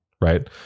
right